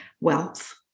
wealth